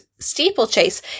steeplechase